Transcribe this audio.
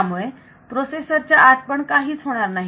त्यामुळे प्रोसेसर च्या आत पण काही च होणार नाही